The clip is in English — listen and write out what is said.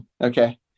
Okay